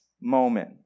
moment